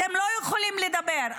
אתם לא יכולים לדבר,